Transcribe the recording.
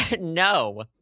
No